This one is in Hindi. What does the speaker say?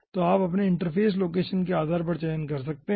तो आप अपने इंटरफ़ेस लोकेशन के आधार पर चयन कर सकते हैं